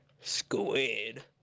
Squid